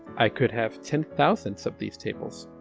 i could have ten thousand of these tables,